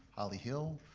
holly hill,